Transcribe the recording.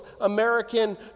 American